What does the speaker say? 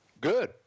Good